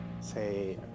say